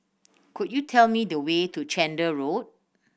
could you tell me the way to Chander Road